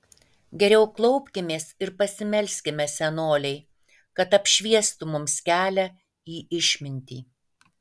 geriau klaupkimės ir pasimelskime senolei kad apšviestų mums kelią į išmintį